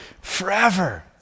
forever